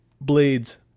blades